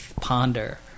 ponder